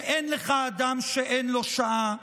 שאין לך אדם שאין לו שעה".